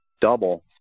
double